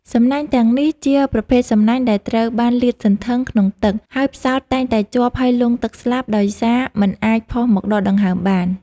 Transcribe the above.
សំណាញ់ទាំងនេះជាប្រភេទសំណាញ់ដែលត្រូវបានលាតសន្ធឹងក្នុងទឹក ហើយផ្សោតតែងតែជាប់ហើយលង់ទឹកស្លាប់ដោយសារមិនអាចផុសមកដកដង្ហើមបាន។